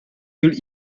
jullie